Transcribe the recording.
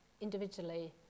individually